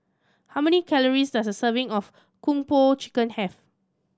how many calories does a serving of Kung Po Chicken have